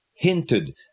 hinted